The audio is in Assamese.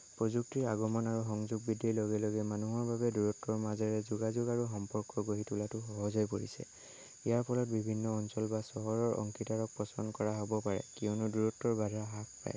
প্ৰযুক্তিৰ আগমন আৰু সংযোগ বৃদ্ধিৰ লগে লগে মানুহৰ বাবে দূৰত্বৰ মাজেৰে যোগাযোগ আৰু সম্পৰ্ক গঢ়ি তোলাতো সহজ হৈ পৰিছে ইয়াৰ ফলত বিভিন্ন অঞ্চল বা চহৰৰ অংশীদাৰক পছন্দ কৰা হ'ব পাৰে কিয়নো দূৰত্বৰ বাধা হ্ৰাস পায়